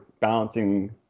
balancing